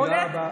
תודה.